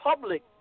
public